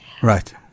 Right